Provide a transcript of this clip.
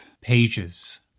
pages